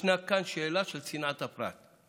ישנה כאן שאלה של צנעת הפרט.